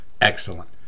Excellent